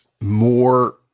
more